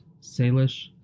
Salish